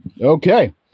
okay